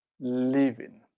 living